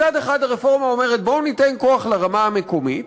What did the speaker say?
מצד אחד הרפורמה אומרת: בואו ניתן כוח לרמה המקומית,